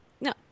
no